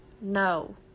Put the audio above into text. No